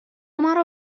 مرا